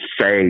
say